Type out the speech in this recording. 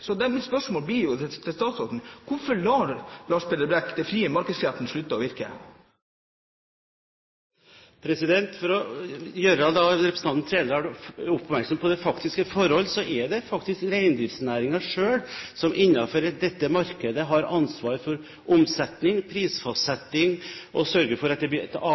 så storslått å eventuelt la minstepensjonister og småbarnsforeldre få lov til å kjøpe og nyte nydelig reinstek med tyttebær og mandelpoteter. Det unner han oss ikke. Mitt spørsmål til statsråden blir: Hvorfor lar Lars Peder Brekk de frie markedskreftene slutte å virke? For å gjøre representanten Trældal oppmerksom på det faktiske forhold, så er det faktisk reindriftsnæringen selv som innenfor dette markedet har ansvar for omsetning